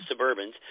suburbans